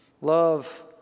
Love